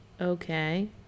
okay